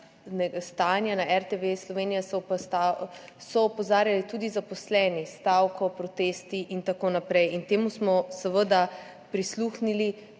na RTV Slovenija so opozarjali tudi zaposleni s stavko, protesti in tako naprej. Temu smo seveda prisluhnili.